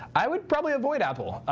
i would probably avoid apple.